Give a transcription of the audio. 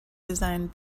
designed